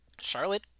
Charlotte